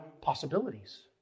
possibilities